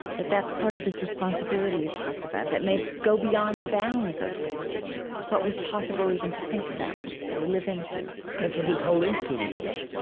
that that's part of this responsibility you talked about, that may go beyond the bounds of what was possible even to think about or live into that's what this whole institute is about.